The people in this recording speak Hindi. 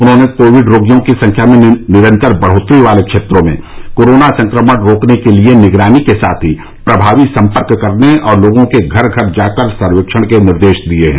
उन्होंने कोविड रोगियों की संख्या में निरंतर बढ़ोतरी वाले क्षेत्रों में कोरोना संक्रमण रोकने के लिए निगरानी के साथ ही प्रभावी संपर्क करने और लोगों के घर घर जाकर सर्वेक्षणके निर्देश दिए हैं